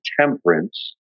temperance